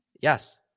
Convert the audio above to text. Yes